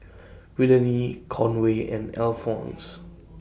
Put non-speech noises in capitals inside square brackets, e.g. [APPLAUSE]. [NOISE] Willene Conway and Alphons